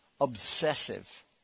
obsessive